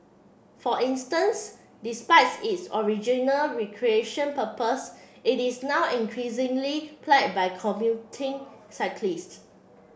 for instance despite its original recreation purpose it is now increasingly plied by commuting cyclists